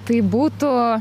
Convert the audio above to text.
tai būtų